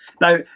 Now